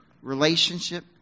relationship